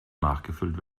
nachgefüllt